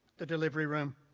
the delivery room.